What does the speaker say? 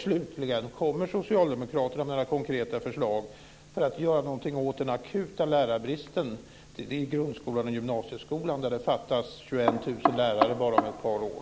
Slutligen undrar jag om socialdemokraterna kommer med några konkreta förslag för att göra någonting åt den akuta lärarbristen på grundskolan och gymnasieskolan? Det kommer att fattas 21 000 lärare bara om ett par år.